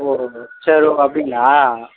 சரி ஓ அப்படிங்களா